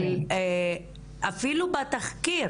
אבל אפילו בתחקיר,